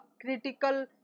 critical